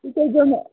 تُہۍ تھاوِزیٚو مےٚ